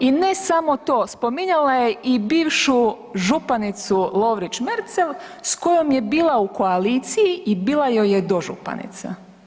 I ne samo to, spominjala je i bivšu županicu Lovrić Merzel s kojom je bila u koaliciji i bila joj je dožupanica.